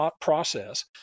process